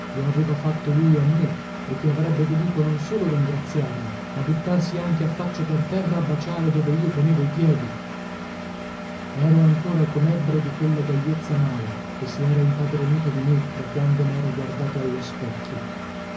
lo aveva fatto lui a me e che avrebbe dovuto non solo ringraziarmi ma buttarsi anche a faccia per terra a baciare dove io ponevo i piedi ero ancora comebbro di quella gajezza mala che si era impadronita di me da quando mero guardato allo specchio